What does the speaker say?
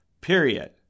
period